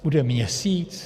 Bude měsíc?